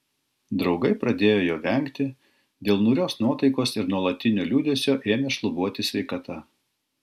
draugai pradėjo jo vengti dėl niūrios nuotaikos ir nuolatinio liūdesio ėmė šlubuoti sveikata